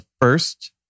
first